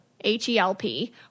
H-E-L-P